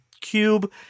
cube